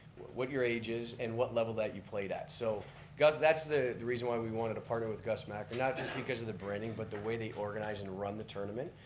what your age is, and what level that you played at. so that's the the reason why we wanted to partner with gus macker, not just because of the branding, but the way they organize and run the tournament,